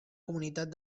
comunitat